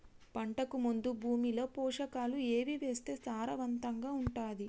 పంటకు ముందు భూమిలో పోషకాలు ఏవి వేస్తే సారవంతంగా ఉంటది?